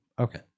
Okay